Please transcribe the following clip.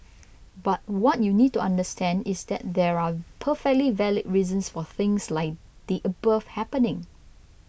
but what you need to understand is that there are perfectly valid reasons for things like the above happening